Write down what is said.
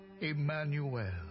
Emmanuel